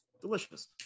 Delicious